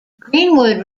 greenwood